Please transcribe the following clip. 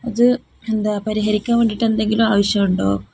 അത് എന്താണ് പരിഹരിക്കാൻ വേണ്ടിയിട്ട് എന്തെങ്കിലും ആവശ്യമുണ്ടോ